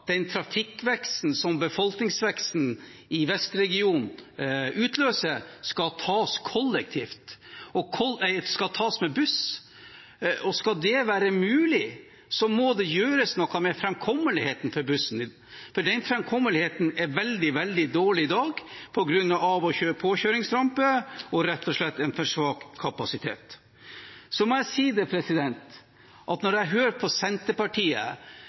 den trafikkveksten som befolkningsveksten i vestregionen utløser, skal tas med buss. Og skal det være mulig, må det gjøres noe med framkommeligheten for bussen, for den framkommeligheten er veldig dårlig i dag på grunn av av- og påkjøringsramper og rett og slett en for svak kapasitet. Og jeg må si at det jeg hører fra Senterpartiet, er en sammenhengende rekke av vikarierende argumenter for at